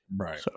right